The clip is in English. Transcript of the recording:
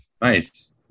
Nice